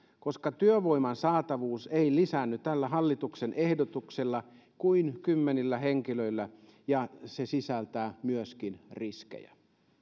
koska työvoiman saatavuus ei lisäänny tällä hallituksen ehdotuksella kuin kymmenillä henkilöillä ja se sisältää myöskin riskejä